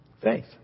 Faith